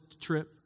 trip